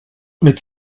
mit